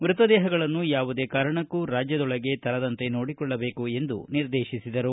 ಮೃತದೇಹಗಳನ್ನು ಯಾವುದೇ ಕಾರಣಕ್ಕೂ ರಾಜ್ಯದೊಳಗೆ ತರದಂತೆ ನೋಡಿಕೊಳ್ಳಬೇಕು ಎಂದು ನಿರ್ದೇಶಿಸಿದರು